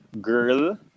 girl